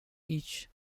each